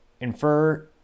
infer